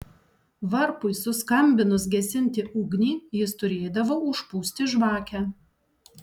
varpui suskambinus gesinti ugnį jis turėdavo užpūsti žvakę